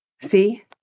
see